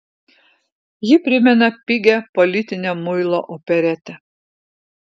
ji primena pigią politinę muilo operetę